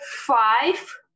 five